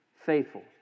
faithful